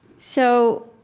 so,